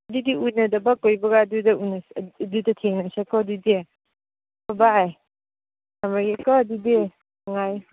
ꯑꯗꯨꯗꯤ ꯎꯅꯗꯕ ꯀꯨꯏꯕꯒ ꯑꯗꯨꯗ ꯑꯗꯨꯗ ꯊꯦꯡꯅꯁꯦꯀꯣ ꯑꯗꯨꯗꯤ ꯕꯥꯏ ꯕꯥꯏ ꯊꯝꯂꯒꯦꯀꯣ ꯑꯗꯨꯗꯤ